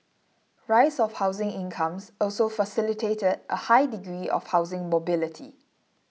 rise of housing incomes also facilitated a high degree of housing mobility